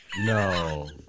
no